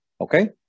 Okay